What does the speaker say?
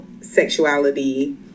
sexuality